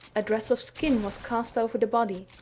a dress of skin was cast over the body,